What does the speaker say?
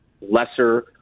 lesser